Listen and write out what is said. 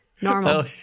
Normal